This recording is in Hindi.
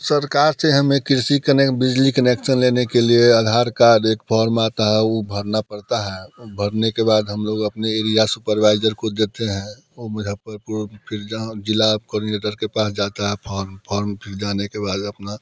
सरकार से हमें कृषि बिजली कनेक्शन लेने के लिए आधार कार्ड एक फॉर्म आता है वो भरना पड़ता है भरने के बाद हम लोग अपने एरिया सुपरवाइजर को देते हैं वो मुजफ्फरपुर जिला कोऑर्डिनेटर के पास जाता है फॉर्म फॉर्म फिर जाने के बाद अपना